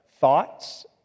thoughts